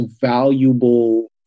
valuable